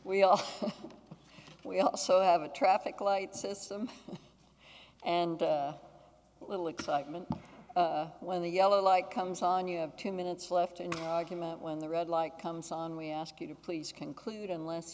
we are we also have a traffic light system and a little excitement when the yellow light comes on you have two minutes left and argument when the red light comes on we ask you to please conclude unless